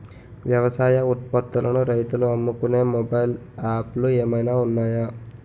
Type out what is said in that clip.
వ్యవసాయ ఉత్పత్తులను రైతులు అమ్ముకునే మొబైల్ యాప్ లు ఏమైనా ఉన్నాయా?